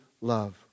love